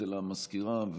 אצל המזכירה,